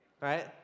right